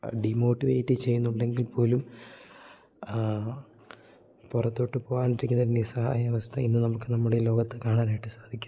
demotivate ചെയ്യുന്നുണ്ടെങ്കിൽ പോലും പുറത്തോട്ട് പോകാനിരിക്കുന്ന നിസഹായവസ്ഥ ഇന്ന് നമുക്ക് നമ്മുടെ ലോകത്ത് കാണാനായിട്ട് സാധിക്കുന്നു